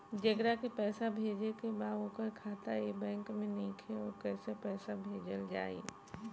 जेकरा के पैसा भेजे के बा ओकर खाता ए बैंक मे नईखे और कैसे पैसा भेजल जायी?